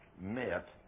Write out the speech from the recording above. met